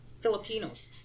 Filipinos